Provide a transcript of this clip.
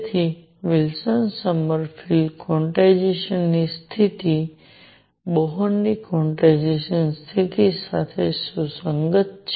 તેથી Wilson Sommerfeld ક્વોન્ટાઇઝેશનની સ્થિતિ બોહરની ક્વોન્ટાઇઝેશનની સ્થિતિ સાથે સુસંગત છે